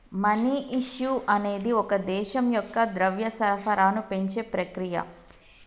money issue అనేది ఒక దేశం యొక్క ద్రవ్య సరఫరాను పెంచే ప్రక్రియ